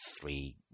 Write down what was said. three